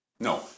No